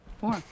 four